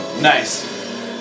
Nice